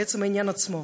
לעצם העניין עצמו.